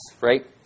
Right